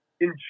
enjoy